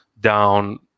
down